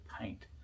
paint